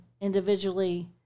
individually